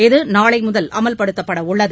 இது நாளை முதல் அமல்படுத்தப்படவுள்ளது